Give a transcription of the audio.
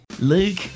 Luke